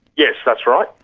yes, that's right.